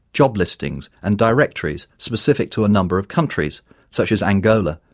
job listings, and directories specific to a number of countries such as angola,